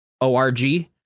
ORG